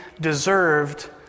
deserved